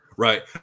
Right